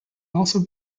also